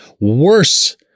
worse